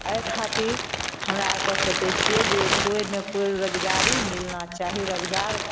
एहि खातिर हमरा आरके सोचैत छियै जे कोइ ने कोइ रोजगारी मिलना चाही रोजगार